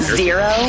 zero